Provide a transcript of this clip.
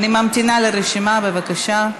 אני ממתינה לרשימה, בבקשה.